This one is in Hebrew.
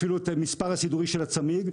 אפילו את המספר הסידורי של הצמיג,